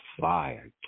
fire